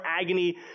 agony